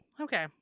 Okay